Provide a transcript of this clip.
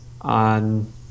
on